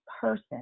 person